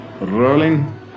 Rolling